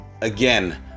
again